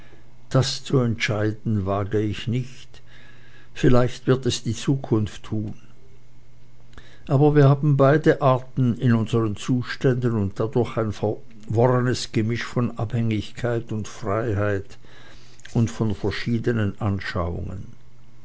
das zu entscheiden wage ich nicht vielleicht wird es die zukunft tun aber wir haben beide arten in unseren zuständen und dadurch ein verworrenes gemisch von abhängigkeit und freiheit und von verschiedenen anschauungen